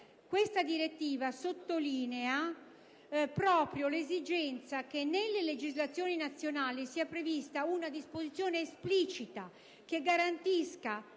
Quest'ultima sottolinea proprio l'esigenza che nelle legislazioni nazionali sia prevista una disposizione esplicita che garantisca